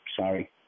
sorry